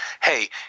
hey